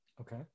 Okay